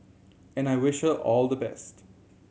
and I wish her all the best